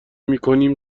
میکنیم